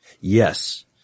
Yes